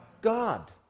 God